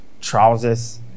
trousers